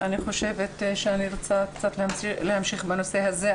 אני רוצה להמשיך בנושא הזה.